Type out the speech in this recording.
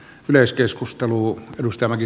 arvoisa puhemies